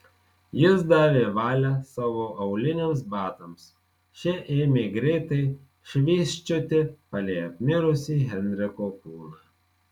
jis davė valią savo auliniams batams šie ėmė greitai švysčioti palei apmirusį henriko kūną